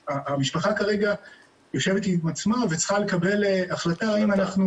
אז המשפחה כרגע יושבת עם עצמה וצריכה לקבל החלטה האם אנחנו